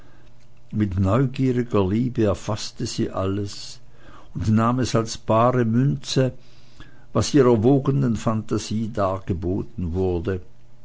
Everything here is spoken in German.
mit neugieriger liebe erfaßte sie alles und nahm es als bare münze was ihrer wogenden phantasie dargeboten wurde